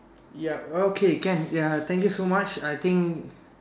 yup okay can ya thank you so much I think